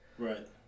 Right